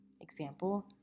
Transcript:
example